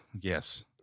yes